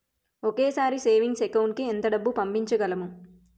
ఒకేసారి savings account కి ఎంత డబ్బు పంపించగలము?